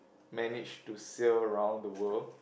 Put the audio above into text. managed to sail around the world